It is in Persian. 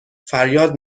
فریاد